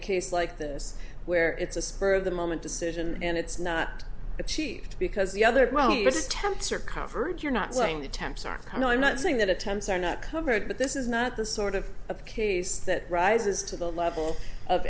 a case like this where it's a spur of the moment decision and it's not achieved because the other temps are covered you're not saying the temps are kind i'm not saying that attempts are not covered but this is not the sort of a case that rises to the level of